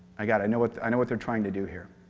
i got, i know what i know what they're trying to do here.